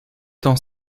dans